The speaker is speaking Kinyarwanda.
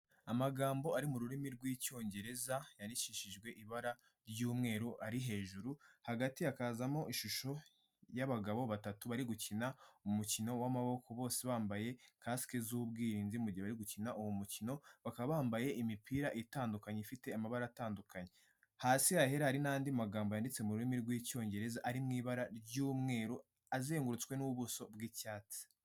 Amagambo ari mu rurimi rw'Icyongereza, yandikishijwe ibara ry'umweru ari hejuru. Hagati hakazamo ishusho y'abagabo batatu barigukina umukino w'amaboko. Bose bambaye kasike z'ubwirinzi mu gihe barigukina uwo mukino. Bakaba bambaye imipira itandukanye ifite amabara atandukanye. Hasi hahera hari n'andi magambo yanditse mu rurimi rw'Icyongereza, ari mu ibara ry'umweru, azengurutswe n'ubuso bw'icyatsi.